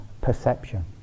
perception